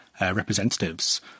representatives